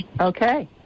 Okay